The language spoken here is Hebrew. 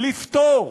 לפתור.